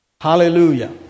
Hallelujah